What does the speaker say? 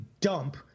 dump